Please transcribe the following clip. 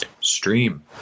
stream